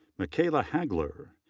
michaela hagler.